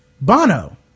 Bono